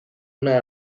una